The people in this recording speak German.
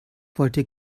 wollte